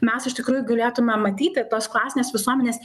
mes iš tikrųjų galėtume matyti tos klasinės visuomenės